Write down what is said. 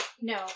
No